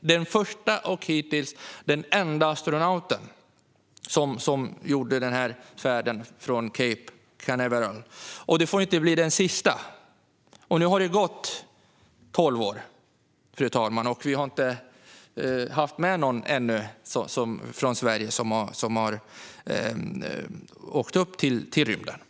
den första och hittills enda svenska astronauten, gjorde sin färd från Cape Canaveral. Han får inte bli den sista. Nu har det gått tolv år, och ännu har det inte varit någon annan från Sverige som har åkt upp i rymden.